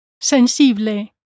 sensible